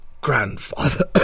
grandfather